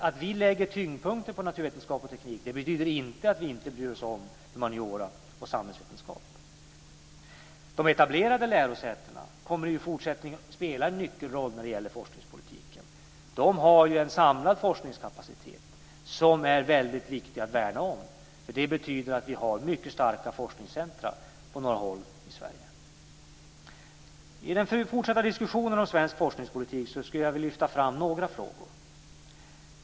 Att vi lägger tyngdpunkten på naturvetenskap och teknik betyder inte att vi inte bryr oss om humaniora och samhällsvetenskap. De etablerade lärosätena kommer i fortsättningen att spela en nyckelroll när det gäller forskningspolitiken. De har en samlad forskningskapacitet som är väldigt viktig att värna om. Det betyder att vi har mycket starka forskningscentra på några håll i Sverige. I den fortsatta diskussionen om svensk forskningspolitik skulle jag vilja lyfta fram några frågor.